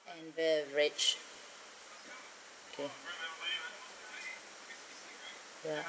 and beverage okay